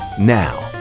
now